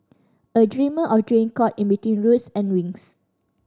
a dreamer of dream caught in between roots and wings